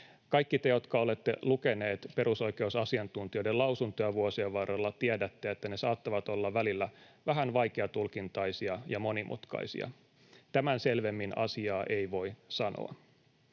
Kaikki te, jotka olette lukeneet perusoikeusasiantuntijoiden lausuntoja vuosien varrella, tiedätte, että ne saattavat olla välillä vähän vaikeatulkintaisia ja monimutkaisia. Tämän selvemmin asiaa ei voi sanoa.